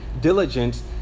diligence